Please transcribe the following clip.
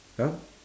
ya